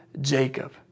Jacob